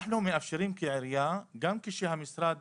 אנחנו מאפשרים כעירייה גם כשהמשרד